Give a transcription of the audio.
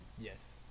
Yes